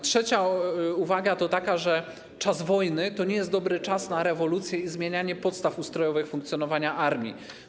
Trzecia uwaga to taka, że czas wojny to nie jest dobry czas na rewolucję i zmienianie podstaw ustrojowych funkcjonowania armii.